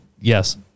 Yes